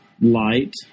light